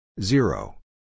Zero